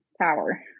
power